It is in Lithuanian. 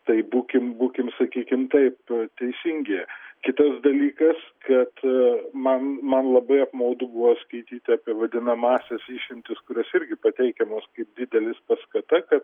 tai būkim būkim sakykim taip teisingi kitas dalykas kad man man labai apmaudu buvo skaityti apie vadinamąsias išimtis kurios irgi pateikiamos kaip didelis paskata kad